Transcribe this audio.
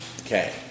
Okay